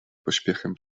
pośpiechem